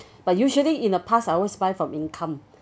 but usually in the past I always buy from income